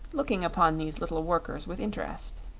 looking upon these little workers with interest.